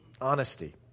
honesty